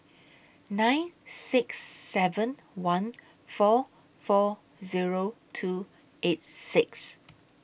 nine six seven one four four Zero two eight six